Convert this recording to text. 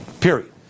Period